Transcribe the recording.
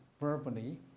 verbally